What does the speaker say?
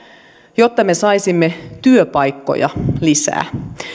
jotta me saisimme työpaikkoja lisää